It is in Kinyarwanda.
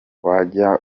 wajya